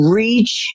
reach